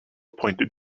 pointed